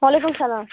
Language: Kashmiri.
وعلیکُم السلام